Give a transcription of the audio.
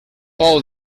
pou